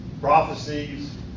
prophecies